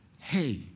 hey